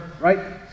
right